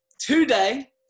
Today